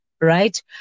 Right